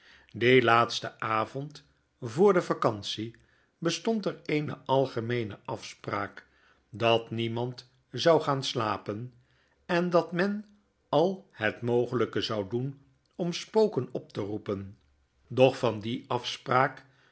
dien laatsten avond vtfor de vacantie bestond er eene algemeene afspraak dat niemand zou gaan slapen en dat men al het mogeljjkezou doen om spoken op te roepen doch van die afspraak